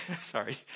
sorry